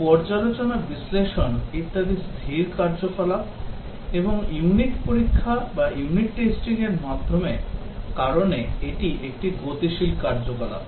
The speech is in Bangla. পর্যালোচনা বিশ্লেষণ ইত্যাদি স্থির ক্রিয়াকলাপ এবং ইউনিট পরীক্ষার র কারণে এটি একটি গতিশীল কার্যকলাপ